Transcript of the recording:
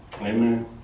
Amen